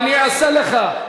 אני אעשה לך.